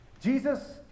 Jesus